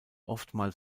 oftmals